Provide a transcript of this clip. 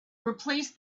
replace